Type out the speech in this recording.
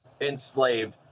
enslaved